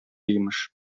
имеш